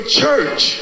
church